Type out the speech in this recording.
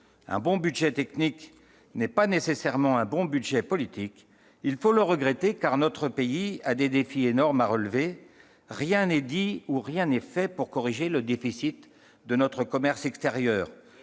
Un bon budget technique n'est pas nécessairement un bon budget politique. Il faut le regretter, car notre pays a des défis énormes à relever. Rien n'est dit ou fait pour corriger le déficit de notre commerce extérieur.